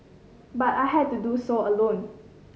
but I had to do so alone